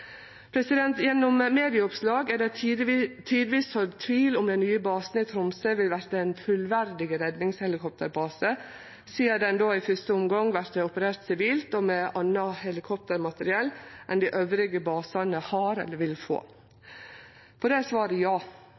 Gjennom medieoppslag er det sådd tvil om den nye basen vert ein fullverdig redningshelikopterbase, sidan han i fyrste omgang vert operert sivilt og med anna helikoptermateriell enn dei andre basane har eller vil få. Til det er svaret ja.